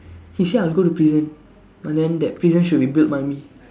he say I'll go to prison but then that prison should be built by me